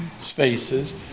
spaces